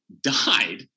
died